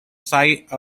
site